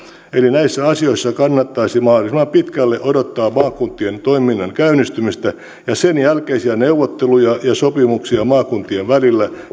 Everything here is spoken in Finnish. näissä asioissa kannattaisi mahdollisimman pitkälle odottaa maakuntien toiminnan käynnistymistä ja sen jälkeisiä neuvotteluja ja sopimuksia maakuntien välillä